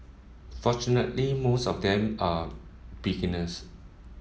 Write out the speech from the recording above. fortunately most of them are beginners